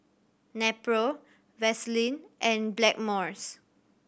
Nepro Vaselin and Blackmores